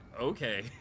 Okay